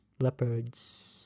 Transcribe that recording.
leopards